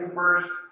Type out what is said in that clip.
first